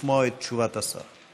לשמוע את תשובת השר.